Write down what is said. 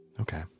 okay